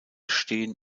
stehen